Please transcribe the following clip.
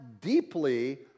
deeply